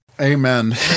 Amen